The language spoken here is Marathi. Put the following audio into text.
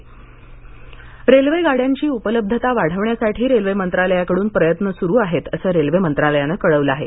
रेल्वे आरक्षण रेल्वे गाड्यांची उपलब्धता वाढवण्यासाठी रेल्वे मंत्रालयाकडून प्रयत्न सुरू आहेत असं रेल्वे मंत्रालयानं कळवलं आहे